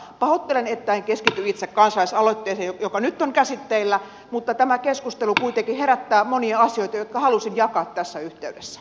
pahoittelen että en keskity itse kansalaisaloitteeseen joka nyt on käsitteillä mutta tämä keskustelu kuitenkin herättää monia asioita jotka halusin jakaa tässä yhteydessä